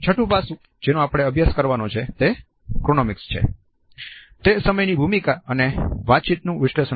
છઠું પાસું જેનો આપણે અભ્યાસ કરવાનો છે તે ક્રોનિમિક્સ